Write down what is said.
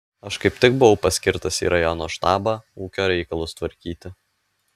aš kaip tik buvau paskirtas į rajono štabą ūkio reikalus tvarkyti